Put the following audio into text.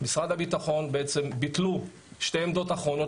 משרד הביטחון בעצם ביטלו שתי עמדות אחרונות